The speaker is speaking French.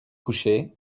coucher